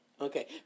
Okay